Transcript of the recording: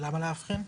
למה להבחין?